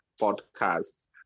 podcast